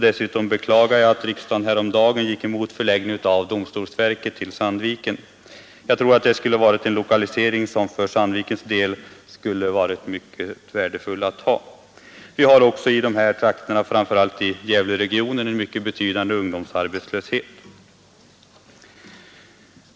Dessutom beklagar jag att riksdagen häromdagen gick emot förslaget om förläggning av domstolsverket till Sandviken. Jag tror att det skulle ha varit en lokalisering som för Sandvikens del varit mycket värdefull. Vi har också i de här trakterna, framför allt i Gävleregionen, en mycket betydande ungdom sarbetslöshet.